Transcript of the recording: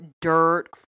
dirt